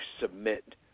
submit